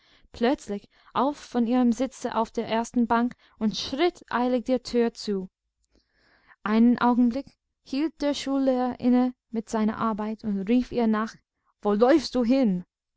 plötzlich auf von ihrem sitze auf der ersten bank und schritt eilig der tür zu einen augenblick hielt der schullehrer inne mit seiner arbeit und rief ihr nach wo läufst du hin